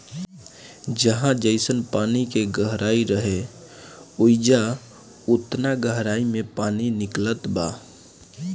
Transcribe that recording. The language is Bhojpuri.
जहाँ जइसन पानी के गहराई रहे, ओइजा ओतना गहराई मे पानी निकलत बा